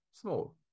small